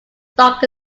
dog